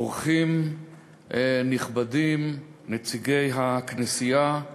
אורחים נכבדים, נציגי הכנסייה,